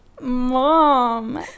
Mom